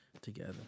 together